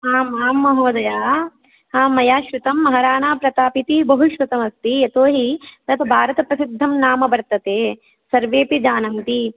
आम् आम् महोदया मया श्रुतं महाराणाप्रताप् इति बहुश्रुतमस्ति यतोहि तद् भारतप्रसिद्धं नाम वर्तते सर्वेपि जानन्ति